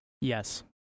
Yes